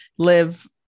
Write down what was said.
live